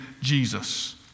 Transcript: Jesus